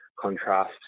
contrast